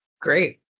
Great